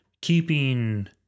keeping